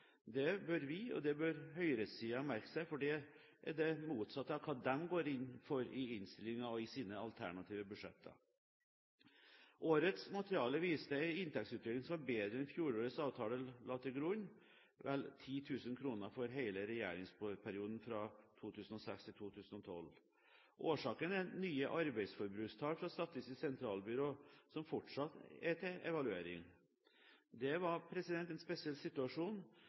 Det bør vi, og det bør høyresiden, merke seg, for det er det motsatte av hva de går inn for i innstillingen og i sine alternative budsjetter. Årets materiale viste en inntektsutvikling som var bedre enn den fjorårets avtale la til grunn – vel 10 000 kr for hele regjeringsperioden fra 2006–2012. Årsaken er nye arbeidsforbrukstall fra Statistisk sentralbyrå som fortsatt er til evaluering. Det var en spesiell situasjon,